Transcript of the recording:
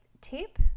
tip